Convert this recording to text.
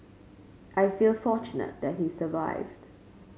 I feel fortunate that he survived